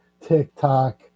TikTok